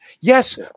Yes